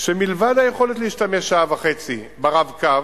שמלבד היכולת להשתמש שעה וחצי ב"רב-קו",